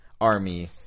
army